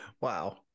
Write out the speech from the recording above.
Wow